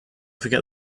forget